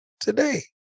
today